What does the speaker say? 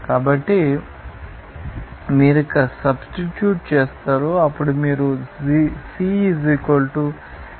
కాబట్టి మీరు ఇక్కడ సబ్స్టిట్యూట్ చేస్తారు అప్పుడు మీరు C 0